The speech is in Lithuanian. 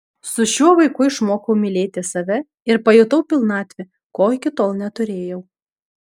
su šiuo vaiku išmokau mylėti save ir pajutau pilnatvę ko iki tol neturėjau